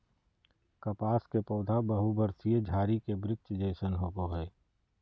कपास के पौधा बहुवर्षीय झारी के वृक्ष जैसन होबो हइ